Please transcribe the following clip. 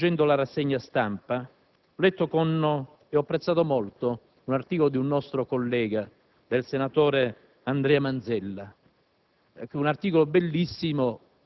Questa mattina, leggendo la rassegna stampa, ho letto ed apprezzato molto un articolo di un nostro collega, il senatore Andrea Manzella,